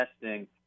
testing